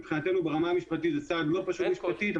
מבחינתנו ברמה המשפטית זה צעד לא פשוט משפטית,